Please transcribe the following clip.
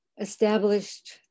established